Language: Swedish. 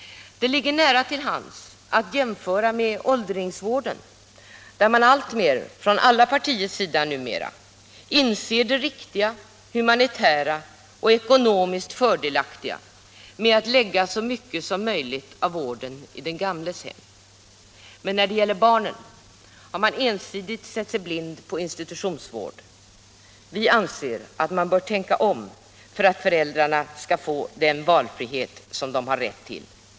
Det ligger nära till hands att jämföra med åldringsvården, där man alltmer från alla partiers sida inser det riktiga, humanitära och ekonomiskt fördelaktiga i att lägga så mycket som möjligt av vården i den gamles hem. Men när det gäller barnen har man ensidigt stirrat sig blind på institutionsvård. Vi anser att vi bör tänka om för att föräldrarna skall få den valfrihet som de har rätt till.